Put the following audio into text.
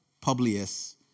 Publius